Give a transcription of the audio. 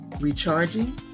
recharging